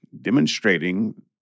demonstrating